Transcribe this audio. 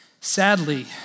Sadly